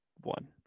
one